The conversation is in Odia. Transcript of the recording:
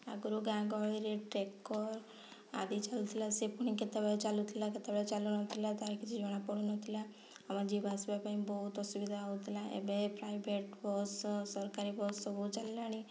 ଆଗରୁ ଗାଁ ଗହଳିରେ ଟ୍ରେକର୍ ଆଦି ଚାଲୁଥିଲା ସେ ପୁଣି କେତେବେଳେ ଚାଲୁଥିଲା କେତେବେଳେ ଚାଲୁନଥିଲା ତାହା କିଛି ଜଣାପଡ଼ୁନଥିଲା ଆମ ଯିବା ଆସିବା ପାଇଁ ବହୁତ ଅସୁବିଧା ହେଉଥିଲା ଏବେ ପ୍ରାଇଭେଟ୍ ବସ୍ ସରକାରୀ ବସ୍ ସବୁ ଚାଲିଲାଣି